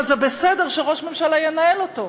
אז זה בסדר שראש הממשלה ינהל אותו.